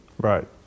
Right